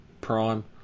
prime